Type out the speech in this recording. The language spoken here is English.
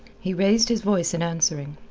he raised his voice in answering.